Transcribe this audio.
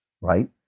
right